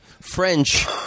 French